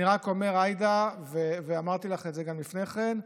אני רק אומר, עאידה, ואמרתי לך את זה גם לפני כן,